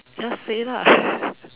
just say lah